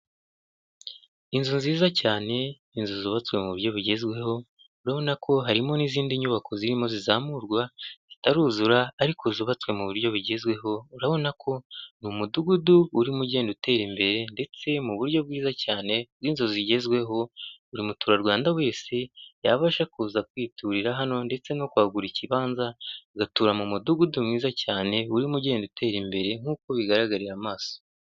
Inzu nziza cyane, inzu zubatswe mu buryo bugezweho, urabona ko harimo n'izindi nyubako zirimo zizamurwa zitaruzura ariko zubatswe mu buryo bugezweho, urabona ko ni umudugudu urimo ugenda utera imbere ndetse mu buryo bwiza cyane w'inzu zigezweho buri muturarwanda wese yabasha kuza kwiturira hano ndetse no kuhagura ikibanza agatura mu mudugudu mwiza cyane urimo ugenda utera imbere nk'uko bigaragarira amaso.